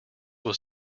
was